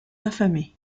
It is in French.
affamés